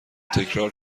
تکرار